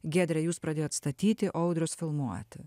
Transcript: giedre jus pradėjo atstatyti o audrius filmuoti